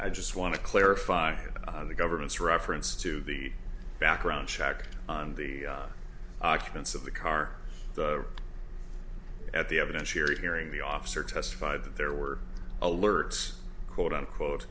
i just want to clarify the government's reference to the background check on the occupants of the car at the evidentiary hearing the officer testified that there were alerts quote unquote